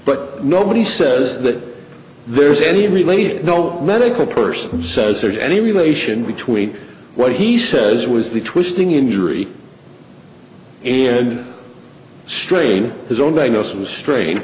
but nobody says that there's any related no medical person says there's any relation between what he says was the twisting injury and strain his own diagnose was strain